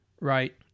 right